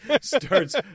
starts